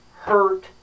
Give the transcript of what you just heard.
hurt